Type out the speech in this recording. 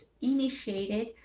initiated